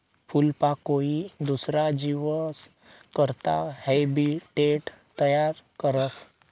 फूलपाकोई दुसरा जीवस करता हैबीटेट तयार करस